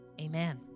amen